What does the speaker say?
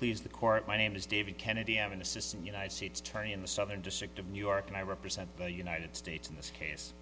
please the court my name is david kennedy i'm an assistant united states attorney in the southern district of new york and i represent the united states in this case